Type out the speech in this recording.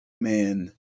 man